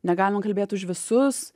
negalima kalbėt už visus